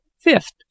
fifth